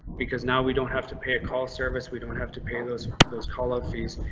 because now we don't have to pay a call service. we don't have to pay those. those call out fees.